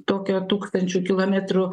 tokio tūkstančių kilometrų